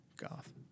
goth